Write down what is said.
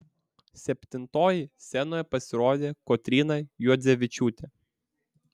septintoji scenoje pasirodė kotryna juodzevičiūtė